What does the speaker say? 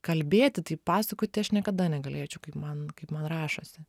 kalbėti tai pasakoti aš niekada negalėčiau kaip man kaip man rašosi